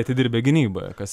atidirbę gynyboje kas